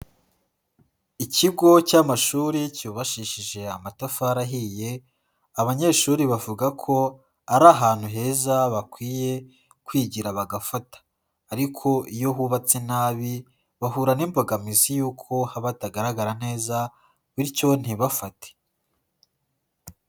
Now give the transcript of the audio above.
Ikigo cy'amashuri cyubashishije amatafari ahiye, abanyeshuri bavuga ko ari ahantu heza bakwiye kwigira bagafata, ariko iyo hubatse nabi bahura n'imbogamizi yuko haba hatagaragara neza bityo ntibafate.